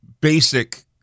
basic